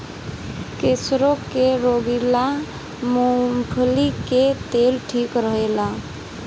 कैंसरो के रोगी ला मूंगफली के तेल ठीक रहेला